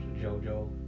Jojo